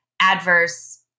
adverse